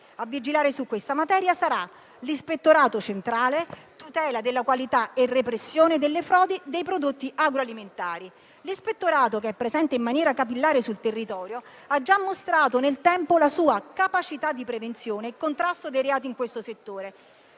A vigilare su questa materia sarà l'Ispettorato centrale della tutela della qualità e repressione delle frodi dei prodotti agroalimentari. L'Ispettorato, che è presente in maniera capillare sul territorio, ha già mostrato nel tempo la sua capacità di prevenzione e contrasto dei reati in questo settore.